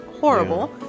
horrible